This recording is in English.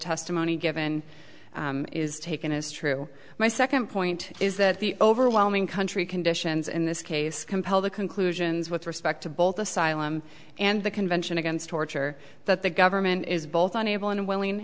testimony given is taken as true my second point is that the overwhelming country conditions in this case compel the conclusions with respect to both asylum and the convention against torture that the government is both on able and willing